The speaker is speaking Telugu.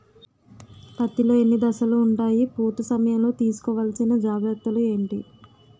పత్తి లో ఎన్ని దశలు ఉంటాయి? పూత సమయం లో తీసుకోవల్సిన జాగ్రత్తలు ఏంటి?